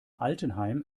altenheim